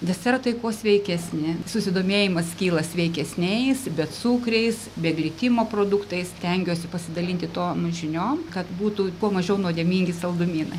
desertai kuo sveikesni susidomėjimas kyla sveikesniais becukriais be glitimo produktais stengiuosi pasidalinti tom žiniom kad būtų kuo mažiau nuodėmingi saldumynai